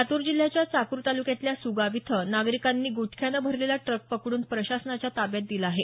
लातूर जिल्ह्याच्या चाकूर तालुक्यातल्या सुगाव इथं नागरिकांनी गुटख्यानं भरलेला ट्रक पकडून प्रशासनाच्या ताब्यात दिला आहे